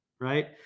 right